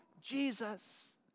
Jesus